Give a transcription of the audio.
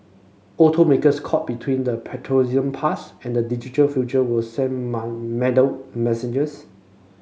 automakers caught between the petroleum past and the digital future will send muddled messages